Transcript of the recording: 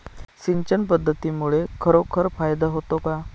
सिंचन पद्धतीमुळे खरोखर फायदा होतो का?